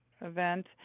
event